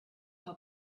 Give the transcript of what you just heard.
how